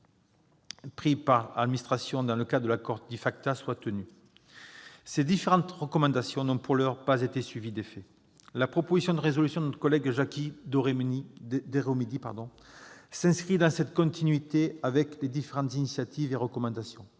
pris par l'administration américaine dans le cadre de l'accord FATCA. Ces différentes recommandations n'ont, pour l'heure, pas été suivies d'effets. La proposition de résolution de notre collègue Jacky Deromedi s'inscrit dans la continuité de ces différentes initiatives et de ces recommandations.